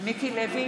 מיקי לוי,